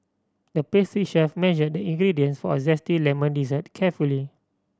the pastry chef measured the ingredients for a zesty lemon dessert carefully